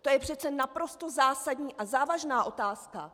To je přece naprosto zásadní a závažná otázka.